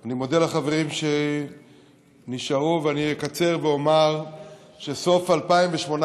אני מודה לחברים שנשארו ואני אקצר ואומר שסוף 2018,